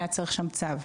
היה צריך שם צו,